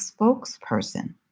spokesperson